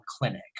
clinic